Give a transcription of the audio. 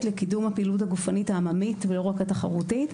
לקידום הפעילות הגופנית העממית ולא רק התחרותית,